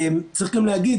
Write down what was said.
צריך גם להגיד,